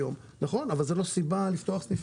נכון, אבל זה לא סיבה לפתוח סניפים.